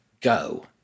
go